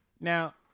Now